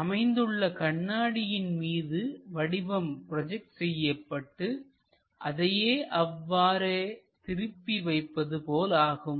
அமைந்துள்ள கண்ணாடியின் மீது வடிவம் ப்ரோஜெக்ட் செய்யப்பட்டு அதை அவ்வாறே திருப்பி வைப்பது போலாகும்